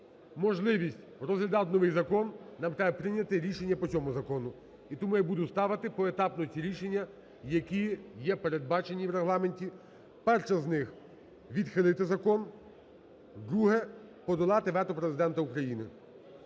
можливість розглядати новий закон, нам треба прийняти рішення по цьому закону і тому я буду ставити поетапно ці рішення, які є передбачені в Регламенті. Перше з них – відхилити закон, друге – подолати вето Президента України.